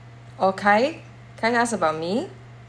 okay kai ask about me